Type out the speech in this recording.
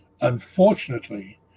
Unfortunately